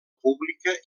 pública